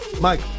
Mike